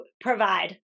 provide